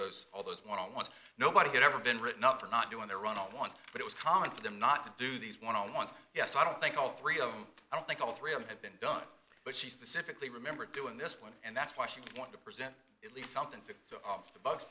those all those one on ones nobody had ever been written up for not doing their ronald once it was common for them not to do these one on ones yes i don't think all three of them i don't think all three of them have been done but she specifically remember doing this point and that's why she wanted to present at least something to the bugs